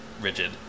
rigid